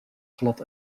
glad